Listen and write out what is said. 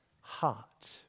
heart